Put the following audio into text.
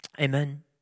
Amen